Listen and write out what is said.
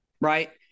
right